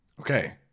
Okay